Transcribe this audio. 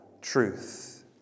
truth